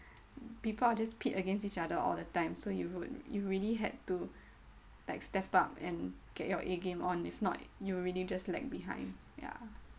people are just pit against each other all the time so you would you really had to like step up and get your A game on if not you'll really lag behind ya